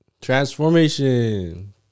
Transformation